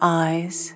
eyes